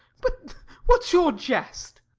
but what's your jest?